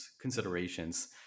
considerations